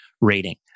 rating